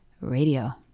Radio